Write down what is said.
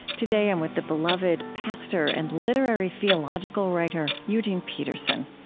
today, i'm with the beloved pastor and literary theological writer eugene peterson.